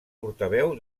portaveu